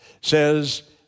says